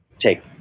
Take